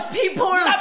people